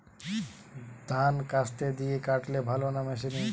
ধান কাস্তে দিয়ে কাটলে ভালো না মেশিনে?